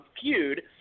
feud